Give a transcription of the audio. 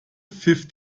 pfiff